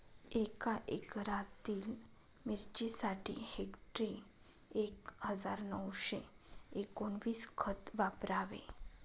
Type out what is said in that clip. एका एकरातील मिरचीसाठी हेक्टरी एक हजार नऊशे एकोणवीस खत वापरावे